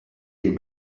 you